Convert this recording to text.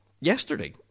yesterday